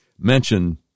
mention